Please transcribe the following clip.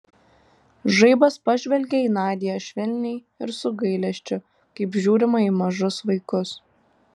žaibas pažvelgė į nadią švelniai ir su gailesčiu kaip žiūrima į mažus vaikus